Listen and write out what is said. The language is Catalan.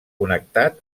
connectat